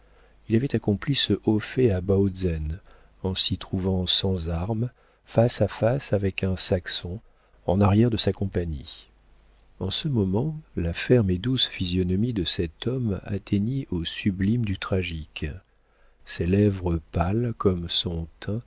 il avait accompli ce haut fait à bautzen en s'y trouvant sans armes face à face avec un saxon en arrière de sa compagnie en ce moment la ferme et douce physionomie de cet homme atteignit au sublime du tragique ses lèvres pâles comme son